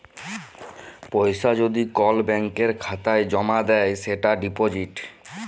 পয়সা যদি কল ব্যাংকের খাতায় জ্যমা দেয় সেটা ডিপজিট